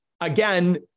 Again